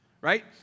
right